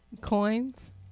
Coins